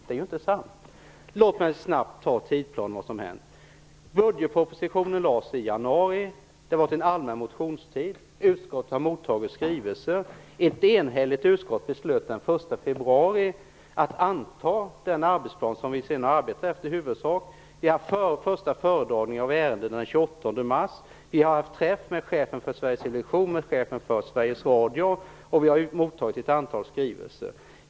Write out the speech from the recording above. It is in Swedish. Det är inte sant. Låt mig snabbt dra tidsplanen för vad som har hänt. Budgetpropositionen lades fram i januari. Det var sedan allmän motionstid. Utskottet har mottagit skrivelser. Ett enhälligt utskott beslöt den 1 februari att anta den arbetsplan som vi sedan i huvudsak har arbetet efter. Den första föredragningen av ärendet gjordes den 28 mars. Vi har haft träff med chefen för Sveriges Television och med chefen för Sveriges Radio. Vi har mottagit ett antal skrivelser.